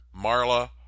Marla